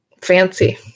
Fancy